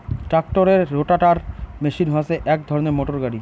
ট্রাক্টরের রোটাটার মেশিন হসে এক ধরণের মোটর গাড়ি